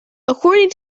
according